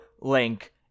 link